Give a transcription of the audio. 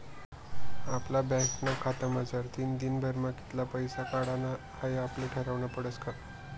आपला बँकना खातामझारतीन दिनभरमा कित्ला पैसा काढानात हाई आपले ठरावनं पडस का